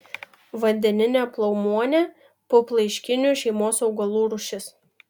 vandeninė plaumuonė puplaiškinių šeimos augalų rūšis